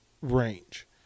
range